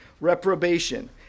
reprobation